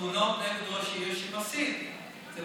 בתלונות נגד ראש עירייה שמסית.